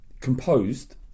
composed